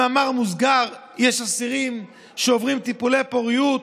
במאמר מוסגר, יש אסירים שעוברים טיפולי פוריות,